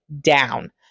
down